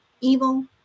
evil